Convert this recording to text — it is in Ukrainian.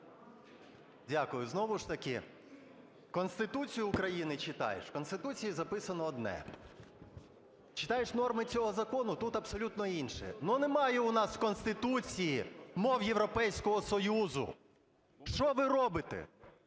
Дякую. Знову ж таки Конституцію України читаєш, в Конституції записано одне; читаєш норми цього закону - тут абсолютно інше. Ну, немає у нас в Конституції мов Європейського Союзу. Що ви робите?